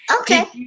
okay